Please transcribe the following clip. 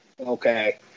okay